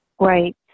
Right